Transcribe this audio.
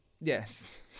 Yes